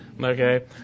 Okay